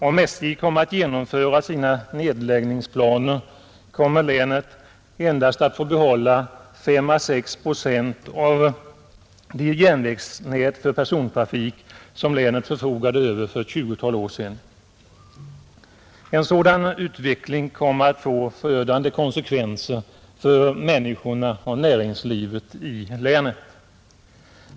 Om SJ genomför sina nedläggningsplaner kommer länet endast att få behålla fem å sex procent av det järnvägsnät för persontrafik som länet förfogade över för ett 20-tal år sedan. En sådan utveckling kommer att få förödande konsekvenser för människorna och näringslivet i länet.